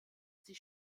sie